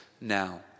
now